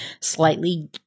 slightly